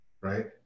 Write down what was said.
right